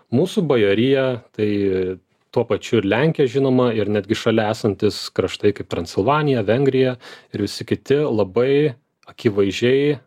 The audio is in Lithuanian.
mūsų bajorija tai tuo pačiu ir lenkija žinoma ir netgi šalia esantys kraštai kaip transilvanija vengrija ir visi kiti labai akivaizdžiai